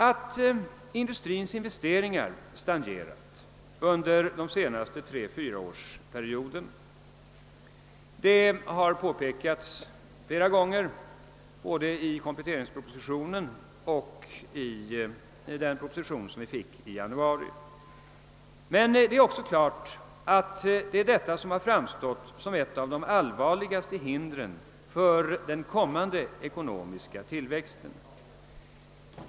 Att industrins investeringar stagnerat under den senaste treeller fyraårsperioden har påpekats flera gånger både i kompletteringspropositionen och i den proposition som lämnades i januari. Men det är också klart att detta framstått som ett av de allvarligaste hindren för den kommande ekonomiska tillväxten.